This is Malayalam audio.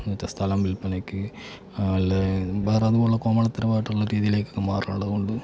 എന്നിട്ട് സ്ഥലം വിൽപ്പനയ്ക്ക് അല്ലേ വേറെ അതുപോലെയുള്ള കോമാളിത്തരമായിട്ടുള്ള രീതിയിലേക്കൊക്കെ മാറുകയാണ് അതുകൊണ്ട്